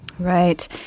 Right